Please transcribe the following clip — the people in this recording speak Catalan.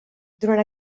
durant